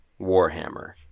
warhammer